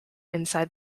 inside